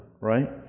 Right